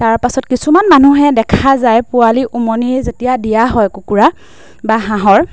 তাৰপাছত কিছুমান মানুহে দেখা যায় পোৱালি উমনি যেতিয়া দিয়া হয় কুকুৰা বা হাঁহৰ